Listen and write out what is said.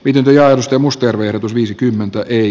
pidentyä muster verotus viisikymmentä ei